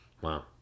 Wow